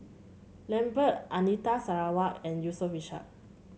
Lambert Anita Sarawak and Yusof Ishak